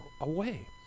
away